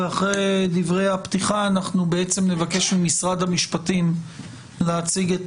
ואחרי דברי הפתיחה נבקש ממשרד המשפטים להציג את